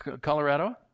Colorado